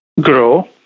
grow